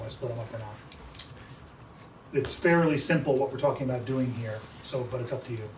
do it's fairly simple what we're talking about doing here so but it's up to you